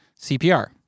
CPR